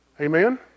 Amen